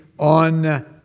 On